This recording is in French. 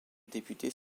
députés